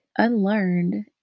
Unlearned